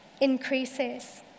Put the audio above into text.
increases